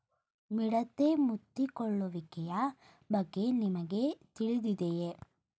ಮಿಡತೆ ಮುತ್ತಿಕೊಳ್ಳುವಿಕೆಯ ಬಗ್ಗೆ ನಿಮಗೆ ತಿಳಿದಿದೆಯೇ?